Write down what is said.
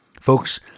Folks